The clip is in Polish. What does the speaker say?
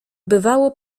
bywało